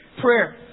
prayer